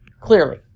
clearly